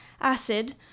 Acid